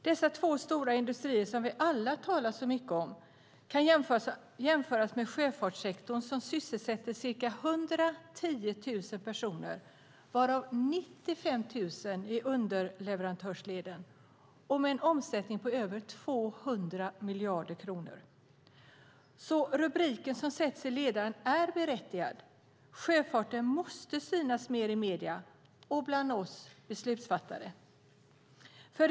Dessa två stora industrier som vi alla talar så mycket om kan jämföras med sjöfartssektorn, som sysselsätter ca 110 000 personer, varav 95 000 i underleverantörsleden, och har en omsättning på över 200 miljarder kronor. Rubriken i ledaren är således berättigad. Sjöfarten måste synas mer i medier och bland oss beslutsfattare!